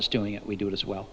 is doing it we do it as well